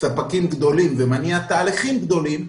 ספקים גדולים ומניע תהליכים גדולים,